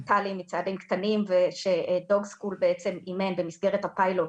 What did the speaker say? טלי מצעדים קטנים וש-Dog School בעצם אימן במסגרת הפיילוט